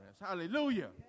Hallelujah